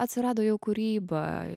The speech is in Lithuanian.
atsirado jau kūryba